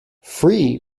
free